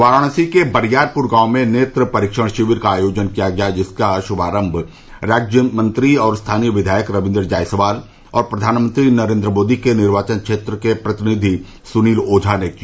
वाराणसी के बरियारपुर गांव में नेत्र परीक्षण शिविर का आयोजन किया गया जिसका श्भारम्भ राज्यमंत्री और स्थानीय विधायक रवीन्द्र जायसवाल और प्रधानमंत्री नरेन्द्र मोदी के निर्वाचन क्षेत्र के प्रतिनिधि सुनील ओझा ने किया